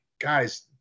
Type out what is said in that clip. guys